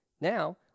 Now